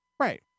right